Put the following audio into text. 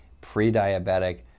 pre-diabetic